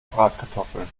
bratkartoffeln